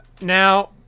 Now